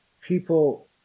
people